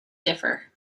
differ